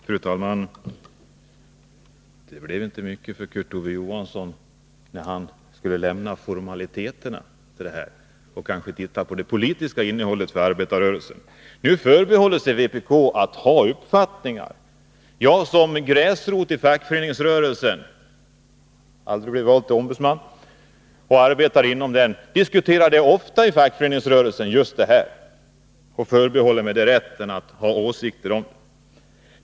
Fru talman! Det blev inte mycket sagt av Kurt Ove Johansson när han skulle lämna formaliteterna kring detta och kanske se på vad det politiska innehållet betyder för arbetarrörelsen. Vpk förbehåller sig rätten att ha uppfattningar. Jag som arbetar på gräsrotsnivå inom fackföreningsrörelsen — jag har aldrig blivit vald till ombudsman — diskuterar där ofta just den här frågan, och jag förbehåller mig rätten att ha åsikter om den.